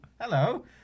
Hello